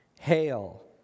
hail